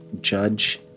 judge